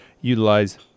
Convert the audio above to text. utilize